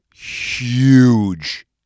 huge